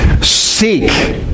seek